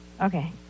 Okay